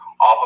off